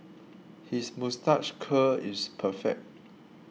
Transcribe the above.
his moustache curl is perfect